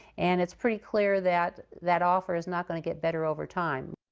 and it's pretty clear that that offer is not going to get better over time.